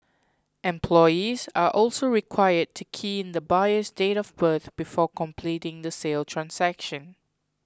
employees are also required to key in the buyer's date of birth before completing the sale transaction